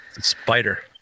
spider